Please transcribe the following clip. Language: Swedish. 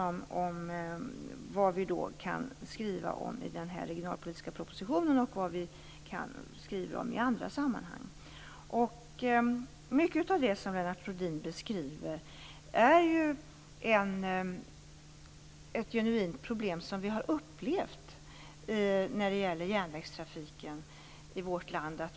Vad kan vi då skriva om i den regionalpolitiska propositionen, och vad skriver vi om i andra sammanhang? Mycket av det som Lennart Rohdin beskriver är ett genuint problem som vi har upplevt när det gäller järnvägstrafiken i vårt land.